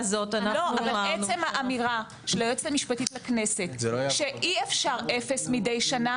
עצם האמירה של היועצת המשפטית לכנסת שאי אפשר אפס מדי שנה